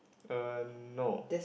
uh no